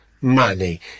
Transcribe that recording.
money